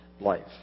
life